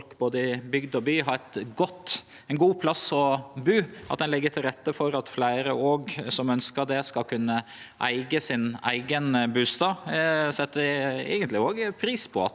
både i bygd og i by har ein god plass å bu, og at ein legg til rette for at fleire som ønskjer det, skal kunne eige sin eigen bustad. Eg set eigentleg òg pris på at